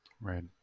right